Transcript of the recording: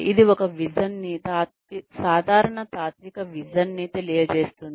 ఇది ఒక విజన్ని సాధారణ తాత్విక విజన్ ని తెలియజేస్తుంది